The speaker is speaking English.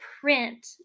print